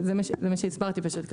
אז למה?